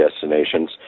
destinations